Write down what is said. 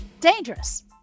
Dangerous